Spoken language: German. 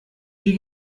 die